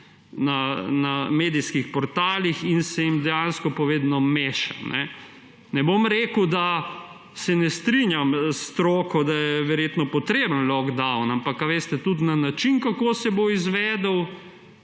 na medijskih portalih in se jim dejansko meša. Ne bom rekel, da se ne strinjam s stroko, da je verjetno potreben lockdown, ampak veste, tudi način, kako se bo izvedel